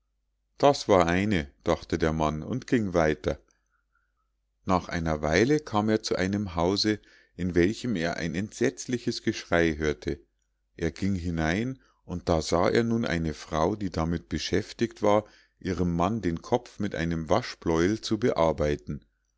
das war eine dachte der mann und ging weiter nach einer weile kam er zu einem hause in welchem er ein entsetzliches geschrei hörte er ging hinein und da sah er nun eine frau die damit beschäftigt war ihrem mann den kopf mit einem waschbläuel zu bearbeiten